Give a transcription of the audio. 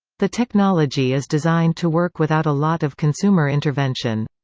the technology is designed to work without a lot of consumer intervention.